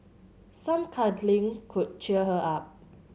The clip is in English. some cuddling could cheer her up